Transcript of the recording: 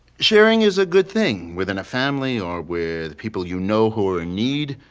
sharing is a good thing within a family or with people you know who are in need.